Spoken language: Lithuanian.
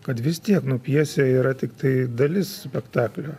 kad vis tiek nu pjesė yra tiktai dalis spektaklio